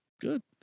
Good